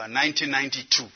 1992